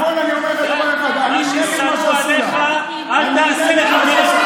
מה ששנוא עליך, אל תעשה לחברך.